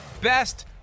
best